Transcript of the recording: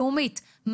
לאומית,